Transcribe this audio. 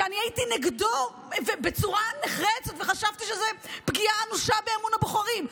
שהייתי נגדו בצורה נחרצת וחשבתי שזו פגיעה אנושה באמון הבוחרים,